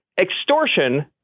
extortion